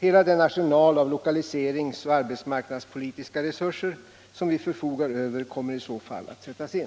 Hela den arsenal av Jokaliseringsoch arbetsmarknadspolitiska resufser som vi förfogar över kommer i så fall att sättas in.